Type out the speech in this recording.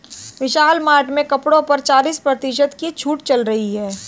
विशाल mart में कपड़ों पर चालीस प्रतिशत की छूट चल रही है